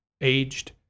aged